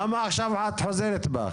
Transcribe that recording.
למה עכשיו את חוזרת בך?